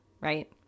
right